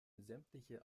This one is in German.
sämtliche